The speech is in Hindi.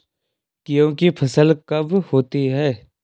गेहूँ की फसल कब होती है?